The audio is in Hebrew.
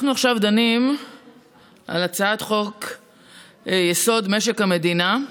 אנחנו עכשיו דנים על הצעת חוק-יסוד: משק המדינה,